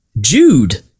Jude